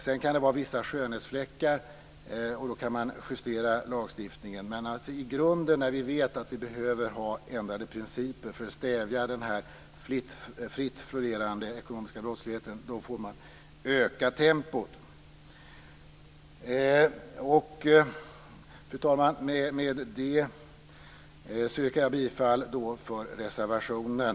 Sedan kan det finnas enstaka skönhetsfläckar, och då kan lagstiftningen justeras. Men när vi vet att det behövs ändrade principer för att stävja den fritt florerande ekonomiska brottsligheten, då får man öka tempot. Fru talman! Med det anförda yrkar jag bifall till reservationen.